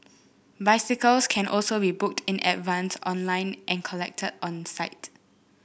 bicycles can also be booked in advance online and collected on site